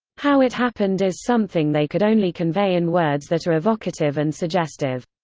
how it happened is something they could only convey in words that are evocative and suggestive.